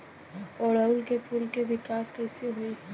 ओड़ुउल के फूल के विकास कैसे होई?